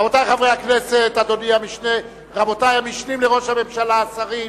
חברי הכנסת, רבותי השרים,